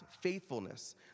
faithfulness